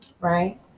right